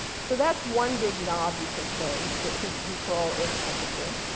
so that's one big knob you can change that can control earth's temperature.